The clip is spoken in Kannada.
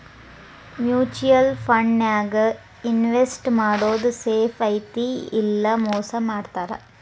ಮ್ಯೂಚುಯಲ್ ಫಂಡನ್ಯಾಗ ಇನ್ವೆಸ್ಟ್ ಮಾಡೋದ್ ಸೇಫ್ ಐತಿ ಇಲ್ಲಾ ಮೋಸ ಮಾಡ್ತಾರಾ